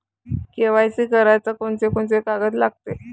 KYC कराच कोनचे कोनचे कागद लागते?